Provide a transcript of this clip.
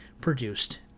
produced